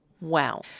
Wow